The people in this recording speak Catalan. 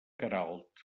queralt